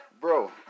Bro